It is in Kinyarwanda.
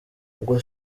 ubwo